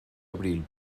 abril